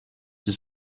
his